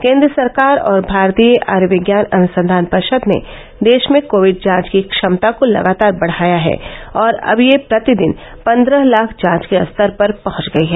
केन्द्र सरकार और भारतीय आयूर्विज्ञान अनुसंधान परिषद ने देश में कोविड जांच की क्षमता को लगातार बढ़ाया है और अब यह प्रतिदिन पन्द्रह लाख जांच के स्तर पर पहंच गई है